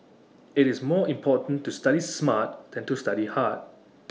IT is more important to study smart than to study hard